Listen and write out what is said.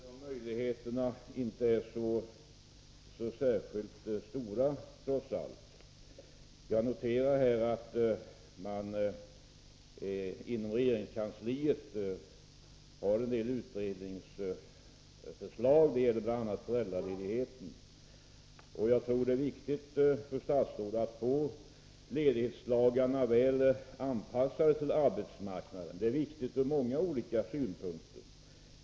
Herr talman! Jag tror trots allt att de möjligheterna inte är så särskilt stora. Jag noterar här att man inom regeringskansliet har en del utredningsförslag som bl.a. gäller föräldraledigheten. Jag tror att det är viktigt för statsrådet att få ledighetslagarna väl anpassade till arbetsmarknaden. Det är viktigt ur många olika synvinklar.